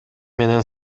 менен